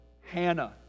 Hannah